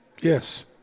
Yes